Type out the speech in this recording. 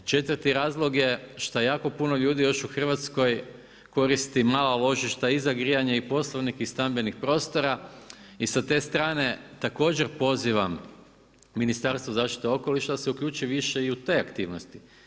Četvrti razlog je što jako puno ljudi još u Hrvatskoj koristi mala ložišta i za grijanje i poslovnih i stambenih prostora i sa te strane također pozivam Ministarstvo zaštite okoliša da se uključi više i u te aktivnosti.